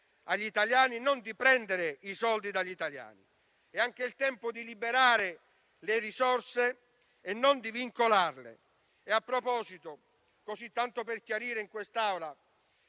agli italiani e non di prendere i soldi dagli italiani. È anche il tempo di liberare le risorse e non di vincolarle. A questo proposito, tanto per chiarire in quest'Aula,